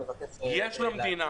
יש למדינה,